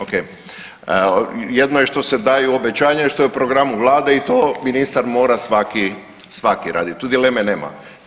O.k. Jedno je što se daju obećanja i što je u programu Vlade i to ministar mora svaki raditi, tu dileme nema.